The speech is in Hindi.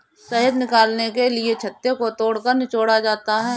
शहद निकालने के लिए छत्ते को तोड़कर निचोड़ा जाता है